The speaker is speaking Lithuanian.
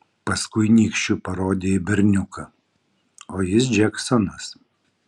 paskui nykščiu parodė į berniuką o jis džeksonas